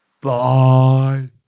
Bye